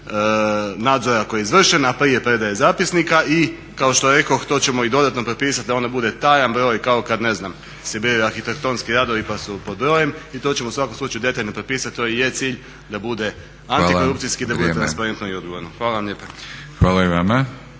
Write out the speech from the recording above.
nadzora koji je izvršen a prije predaje zapisnika i kao što rekoh to ćemo dodatno propisati da ono bude tajan broj kao kada ne znam se biraju arhitektonski radovi pa su pod brojem i to ćemo u svakom slučaju detaljno propisati. To je i cilj da bude antikorupcijski, da bude transparentno i odgovorno. Hvala vam lijepa. **Batinić,